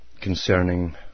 concerning